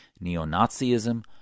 neo-Nazism